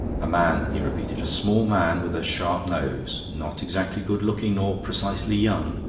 a man, he repeated a small man with a sharp nose, not exactly good looking nor precisely young,